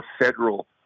federal